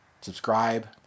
subscribe